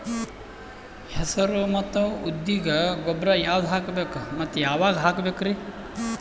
ಹೆಸರು ಮತ್ತು ಉದ್ದಿಗ ಗೊಬ್ಬರ ಯಾವದ ಹಾಕಬೇಕ ಮತ್ತ ಯಾವಾಗ ಹಾಕಬೇಕರಿ?